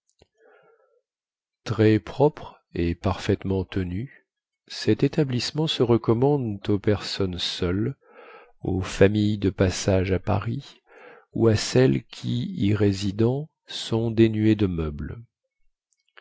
très propre et parfaitement tenu cet établissement se recommande aux personnes seules aux familles de passage à paris ou à celles qui y résidant sont dénuées de meubles